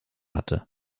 hatte